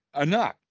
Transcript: enough